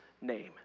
name